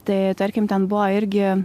tai tarkim ten buvo irgi